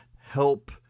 help